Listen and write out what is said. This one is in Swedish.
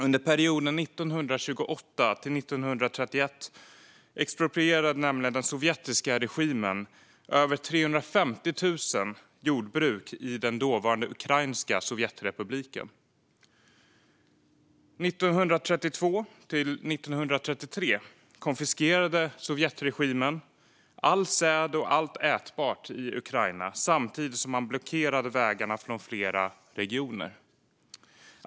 Under perioden 1928-1931 exproprierade nämligen den sovjetiska regimen över 350 000 jordbruk i den dåvarande ukrainska delrepubliken i Sovjet. Under 1932-1933 konfiskerade Sovjetregimen all säd och allt annat ätbart i Ukraina samtidigt som man blockerade vägarna från flera regioner.